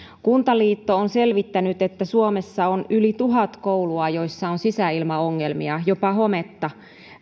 kuntaliitto on selvittänyt että suomessa on yli tuhat koulua joissa on sisäilmaongelmia jopa hometta